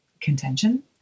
contention